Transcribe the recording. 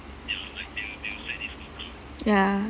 ya